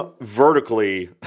vertically